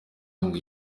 ngo